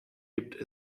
gibt